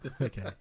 okay